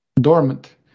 dormant